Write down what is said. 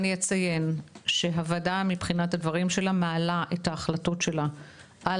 אני אציין שאנחנו מעלים את החלטותיה והמלצותיה